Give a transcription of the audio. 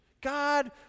God